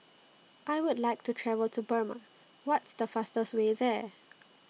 I Would like to travel to Burma What's The fastest Way There